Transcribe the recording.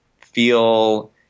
feel